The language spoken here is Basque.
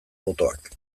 botoak